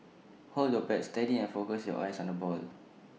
hold your bat steady and focus your eyes on the ball